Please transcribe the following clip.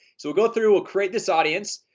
so we'll go through we'll create this audience.